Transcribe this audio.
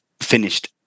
finished